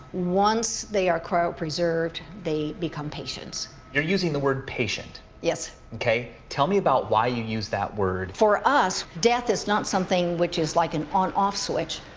once they are cryo preserved, they become patients. you're using the word patient. yes. okay, tell me about why you use that word. for us, death is not something which is like an on off switch.